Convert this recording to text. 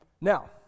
Now